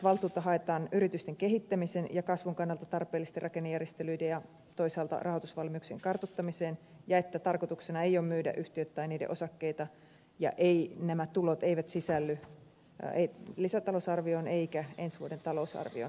valtuutta haetaan yritysten kehittämisen ja kasvun kannalta tarpeellisten rakennejärjestelyiden ja toisaalta rahoitusvalmiuksien kartoittamiseen ja tarkoituksena ei ole myydä yhtiöitä tai niiden osakkeita ja nämä tulot eivät sisälly lisätalousarvioon eivätkä ensi vuoden talousarvioon